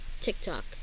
TikTok